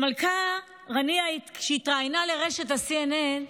המלכה ראניה, כשהתראיינה לרשת CNN,